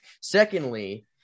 Secondly